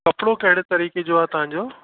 कपिड़ो कहिड़े तरीक़े जो आहे तव्हांजो